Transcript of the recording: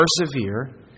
persevere